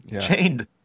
Chained